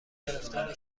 گرفتن